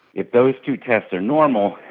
if those two tests are normal,